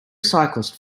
cyclist